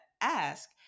ask